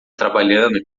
trabalhando